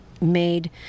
made